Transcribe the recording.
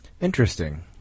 Interesting